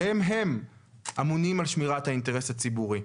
שהם הם אמונים על שמירת האינטרס הציבורי,